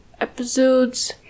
episodes